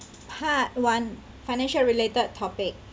part one financial related topic